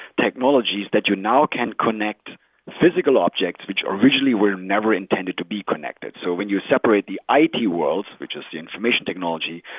technologies that you now can connect physical objects which originally were never intended to be connected. so when you separate the it world, which is the information technology,